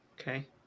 Okay